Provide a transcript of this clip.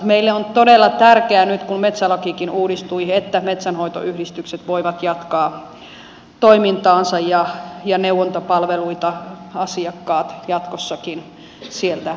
meille on todella tärkeää nyt kun metsälakikin uudistui että metsänhoitoyhdistykset voivat jatkaa toimintaansa ja neuvontapalveluita asiakkaat jatkossakin sieltä saavat